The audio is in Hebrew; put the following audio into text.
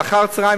ואחר-הצהריים,